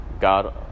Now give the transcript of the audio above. God